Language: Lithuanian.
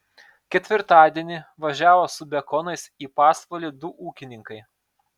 ketvirtadienį važiavo su bekonais į pasvalį du ūkininkai